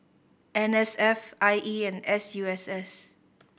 N S F I E and S U S S